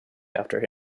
after